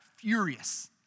furious